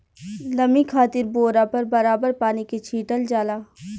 नमी खातिर बोरा पर बराबर पानी के छीटल जाला